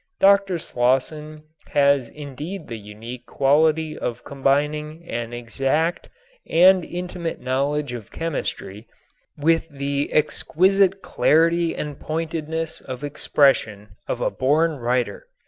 dr. slosson has indeed the unique quality of combining an exact and intimate knowledge of chemistry with the exquisite clarity and pointedness of expression of a born writer.